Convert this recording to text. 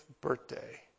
birthday